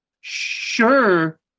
sure